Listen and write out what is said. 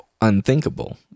unthinkable